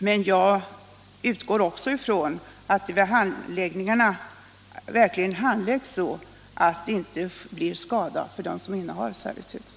Men jag utgår också ifrån att ärendena verkligen handläggs så att inte skada uppstår för dem som innehar servituten.